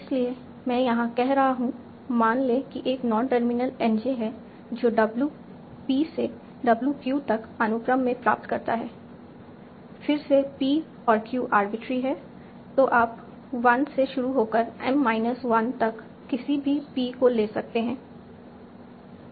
इसलिए मैं यहां कह रहा हूं मान लें कि एक नॉन टर्मिनल N j है जो W p से W q तक अनुक्रम में प्राप्त करता है फिर से p और q आर्बिट्रेरी हैं तो आप 1 से शुरू होकर m माइनस 1 तक किसी भी p को ले सकते हैं